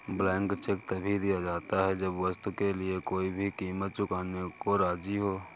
blank cheque तभी दिया जाता है जब वस्तु के लिए कोई भी कीमत चुकाने को राज़ी हो